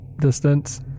distance